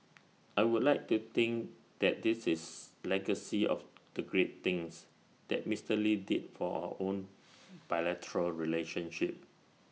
I would like to think that this is legacy of the great things that Mister lee did for our own bilateral relationship